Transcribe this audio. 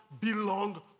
belong